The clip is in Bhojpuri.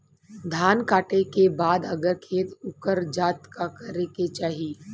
धान कांटेके बाद अगर खेत उकर जात का करे के चाही?